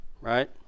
right